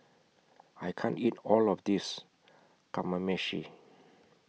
I can't eat All of This Kamameshi